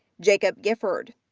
jacob gifford.